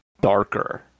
darker